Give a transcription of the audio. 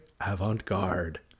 avant-garde